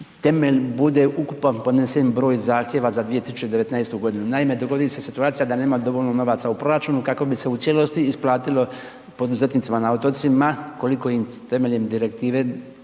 temelj bude ukupan podnesen broj zahtjeva za 2019. g., naime dogodi se situacija da nema dovoljno novaca u proračunu kako bi se u cijelosti isplatilo poduzetnicima na otocima koliko im temeljem direktive